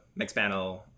Mixpanel